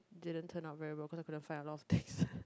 didn't turn up very well cause I am gonna to find a lot of things